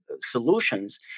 solutions